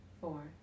four